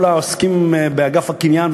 כל העוסקים בוועדת קניין,